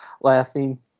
laughing